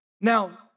Now